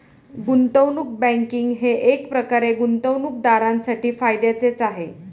गुंतवणूक बँकिंग हे एकप्रकारे गुंतवणूकदारांसाठी फायद्याचेच आहे